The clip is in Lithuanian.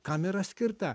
kam yra skirta